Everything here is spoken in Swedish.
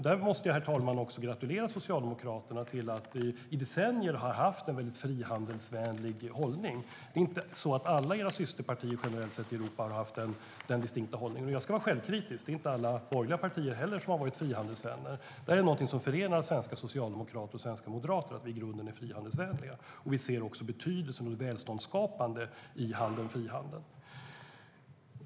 Där måste jag, herr talman, också gratulera Socialdemokraterna till att i decennier ha haft en väldigt frihandelsvänlig hållning. Det är inte så att alla era systerpartier, generellt sett, i Europa har haft den distinkta hållningen. Jag ska vara självkritisk: Det är inte alla borgerliga partier heller som har varit frihandelsvänner. Att vi i grunden är frihandelsvänliga är någonting som förenar svenska socialdemokrater och svenska moderater, och vi ser också betydelsen av det välståndsskapande i handeln och frihandeln.